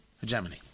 hegemony